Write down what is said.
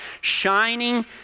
shining